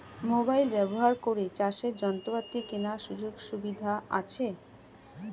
Mobile ব্যবহার করে চাষের যন্ত্রপাতি কেনার কি সুযোগ সুবিধা আছে?